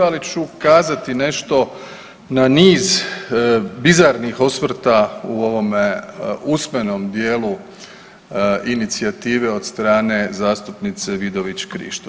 Ali ću kazati nešto na niz bizarnih osvrta u ovome usmenom dijelu inicijative od strane zastupnice Vidović Krišto.